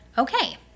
Okay